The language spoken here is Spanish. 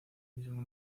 mismo